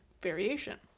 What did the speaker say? variation